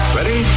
Ready